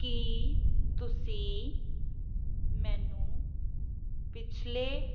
ਕੀ ਤੁਸੀਂ ਮੈਨੂੰ ਪਿਛਲੇ